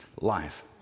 life